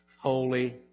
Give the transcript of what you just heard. holy